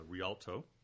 Rialto